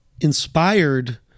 inspired